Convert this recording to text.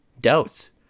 doubts